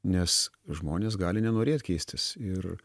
nes žmonės gali nenorėti keistis ir